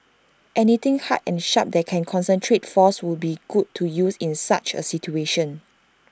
anything hard and sharp that can concentrate force would be good to use in such A situation